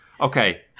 Okay